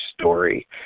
story